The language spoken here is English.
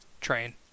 train